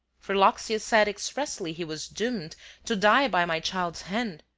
for loxias said expressly he was doomed to die by my child's hand,